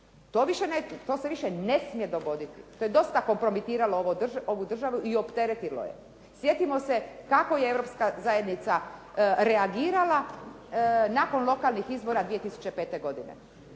To se više ne smije dogoditi, to je dosta kompromitiralo ovu državu i opteretilo je. Sjetimo se kako je Europska zajednica reagirala nakon lokalnih izbora 2005. godine.